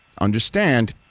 understand –